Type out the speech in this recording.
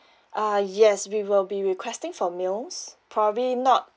uh yes we will be requesting for meals probably not